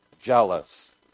jealous